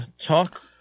talk